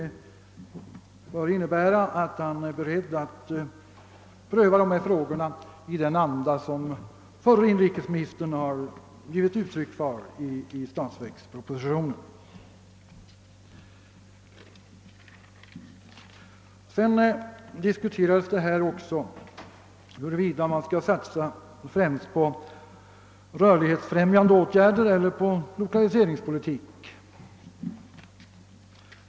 Det bör innebära att han är beredd att pröva dessa frågor i den anda som förre inrikesministern givit uttryck för i statsverkspropositionen. Det har vidare diskuterats huruvida man främst skall satsa på rörlighetsfrämjande åtgärder eller på lokaliseringspolitiken.